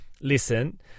Listen